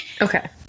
okay